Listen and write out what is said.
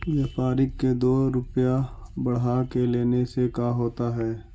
व्यापारिक के दो रूपया बढ़ा के लेने से का होता है?